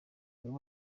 buri